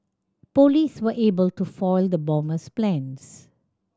police were able to foil the bomber's plans